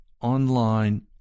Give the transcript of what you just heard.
online